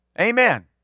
Amen